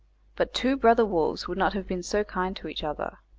but two brother wolves would not have been so kind to each other.